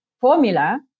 formula